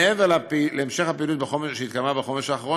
מעבר להמשך הפעילות שהתקיימה בחומש האחרון,